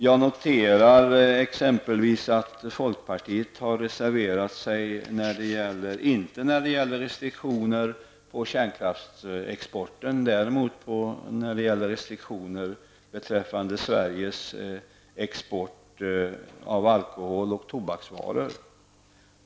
Jag noterar exempelvis att folkpartiet inte reserverat sig när det gäller restriktioner för kärnkraftexporten, däremot när det gäller restriktioner för Sveriges export av alkohol och tobaksvaror.